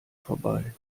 vorbei